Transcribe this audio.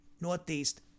Northeast